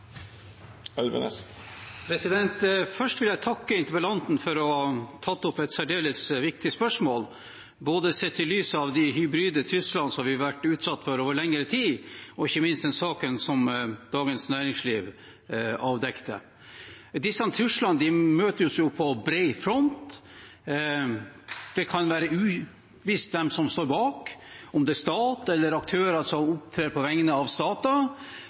å ha tatt opp et særdeles viktig spørsmål, sett i lys av både de hybride truslene vi har vært utsatt for over lengre tid, og ikke minst den saken Dagens Næringsliv avdekte. Disse truslene møtes på bred front, det kan være uvisst hvem som står bak – om det er en stat eller aktører som opptrer på vegne av